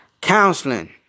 counseling